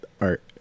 art